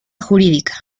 jurídica